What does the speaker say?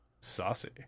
Saucy